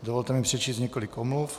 Dovolte mi přečíst několik omluv.